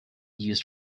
used